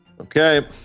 Okay